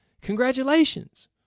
Congratulations